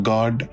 God